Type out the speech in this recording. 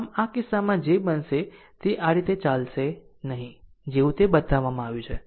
આમ આ કિસ્સામાં જે બનશે તે આ રીતે ચાલશે નહીં જેવું તે બતાવવામાં આવ્યું છે